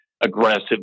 aggressive